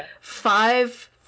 five